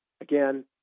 again